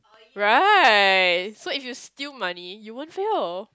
right so if you steal money you won't fail